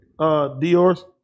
Dior's